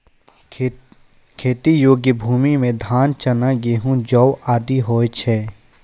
खेती योग्य भूमि म धान, चना, गेंहू, जौ आदि होय छै